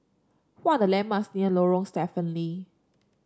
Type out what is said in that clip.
what are the landmarks near Lorong Stephen Lee